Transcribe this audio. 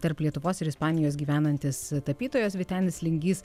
tarp lietuvos ir ispanijos gyvenantis tapytojas vytenis lingys